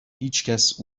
هیچکس